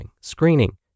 screening